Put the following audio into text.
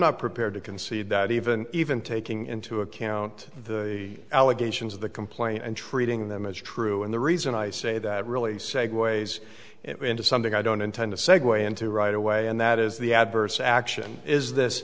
not prepared to concede that even even taking into account the allegations of the complaint and treating them as true and the reason i say that really segues into something i don't intend to segue into right away and that is the adverse action is this